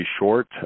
short